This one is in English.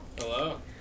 hello